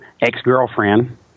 ex-girlfriend